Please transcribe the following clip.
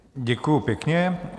Děkuji pěkně.